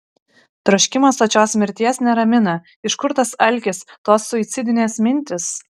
troškimas sočios mirties neramina iš kur tas alkis tos suicidinės mintys